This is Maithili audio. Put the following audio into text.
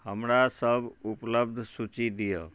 हमरासभ उपलब्ध सूची दिअ